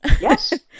Yes